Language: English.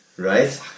Right